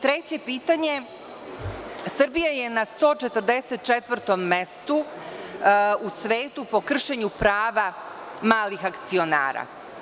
Treće pitanje – Srbija je na 144. mestu u svetu po kršenju prava malih akcionara.